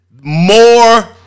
more